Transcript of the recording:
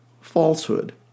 falsehood